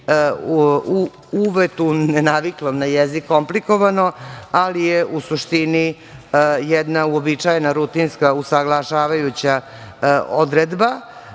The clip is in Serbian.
uvetu nenaviklom na jezik komplikovano, ali je u suštini jedna uobičajena rutinska usaglašavajuća odredba.